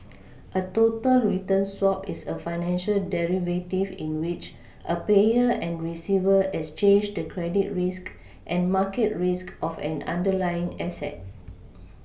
a total return swap is a financial derivative in which a payer and receiver exchange the credit risk and market risk of an underlying asset